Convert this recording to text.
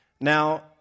Now